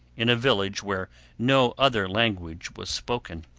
in a village where no other language was spoken.